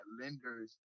lenders